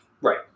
Right